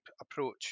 approach